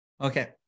Okay